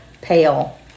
pale